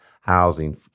housing